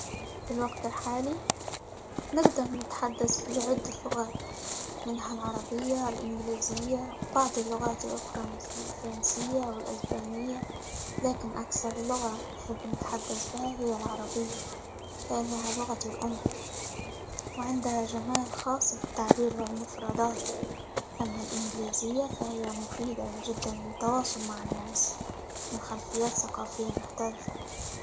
في الوقت الحالي نقدر نتحدث بعدة لغات منها العربية، الإنجليزية، بعض اللغات الأخرى الفرنسية، والأسبانية، لكن أكثر لغة نحب نتحدث بها هي العربية؛ لأنها لغتي الأم، وعندها جمال خاص في التعبير، والمفردات، أما الإنجليزية فهي مفيدة جدًا للتواصل مع الناس من خلفيات ثقافية مختلفة.